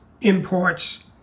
imports